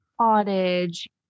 cottage